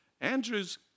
Andrew's